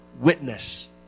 witness